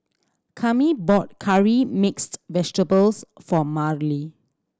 Cami bought curry mixed vegetables for Marlee